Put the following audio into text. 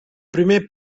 primer